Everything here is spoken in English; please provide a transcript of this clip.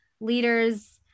leaders